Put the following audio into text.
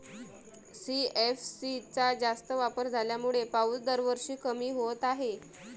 CFC चा जास्त वापर झाल्यामुळे पाऊस दरवर्षी कमी होत आहे